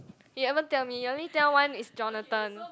you haven't tell me you only tell one is Jonathan